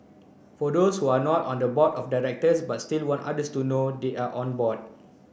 for those who are not on the board of but still want others to know they are on born